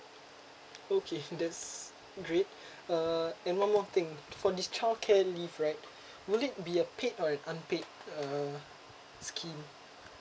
okay that's great uh and one more thing for this child care leave right would it be a paid or an unpaid uh scheme